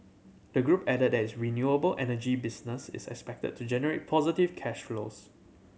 the group added that its renewable energy business is expected to generate positive cash flows